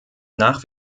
nach